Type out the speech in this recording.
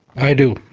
i do.